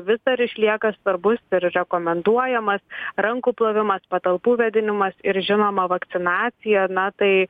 vis dar išlieka svarbus ir rekomenduojamas rankų plovimas patalpų vėdinimas ir žinoma vakcinacija na tai